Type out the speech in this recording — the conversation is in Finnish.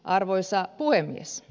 arvoisa puhemies